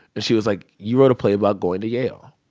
and she was like, you wrote a play about going to yale.